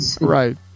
Right